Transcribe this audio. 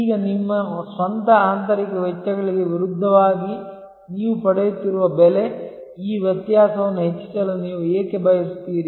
ಈಗ ನಿಮ್ಮ ಸ್ವಂತ ಆಂತರಿಕ ವೆಚ್ಚಗಳಿಗೆ ವಿರುದ್ಧವಾಗಿ ನೀವು ಪಡೆಯುತ್ತಿರುವ ಬೆಲೆ ಈ ವ್ಯತ್ಯಾಸವನ್ನು ಹೆಚ್ಚಿಸಲು ನೀವು ಏಕೆ ಬಯಸುತ್ತೀರಿ